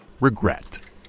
regret